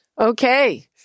Okay